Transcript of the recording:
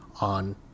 on